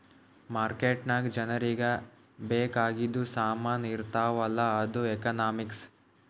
market ನಾಗ್ ಜನರಿಗ ಬೇಕ್ ಆಗಿದು ಸಾಮಾನ್ ಇರ್ತಾವ ಅಲ್ಲ ಅದು ಎಕನಾಮಿಕ್ಸ್